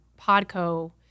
Podco